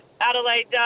Adelaide